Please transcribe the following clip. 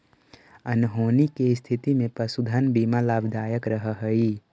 अनहोनी के स्थिति में पशुधन बीमा लाभदायक रह हई